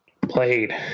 played